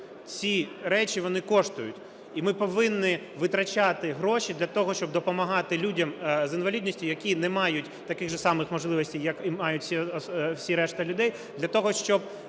Ці речі, вони коштують, і ми повинні витрачати гроші для того, щоб допомагати людям з інвалідністю, які не мають таких же самих можливостей, які мають всі решта людей, для того, щоб